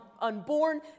unborn